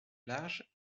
large